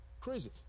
crazy